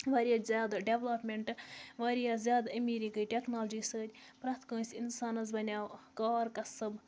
واریاہ زیادٕ ڈٮ۪ولَپمٮ۪نٛٹ واریاہ زیادٕ أمیٖری گٔے ٹٮ۪کنالجی سۭتۍ پرٛٮ۪تھ کٲنٛسہِ اِنسانَس بَنیو کار کَسٕب